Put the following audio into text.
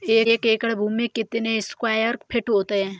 एक एकड़ भूमि में कितने स्क्वायर फिट होते हैं?